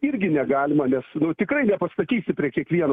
irgi negalima nes tikrai nepastatysi prie kiekvieno